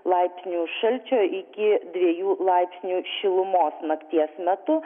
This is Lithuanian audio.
laipsnių šalčio iki dviejų laipsnių šilumos nakties metu